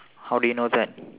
how do you know that